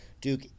Duke